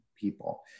people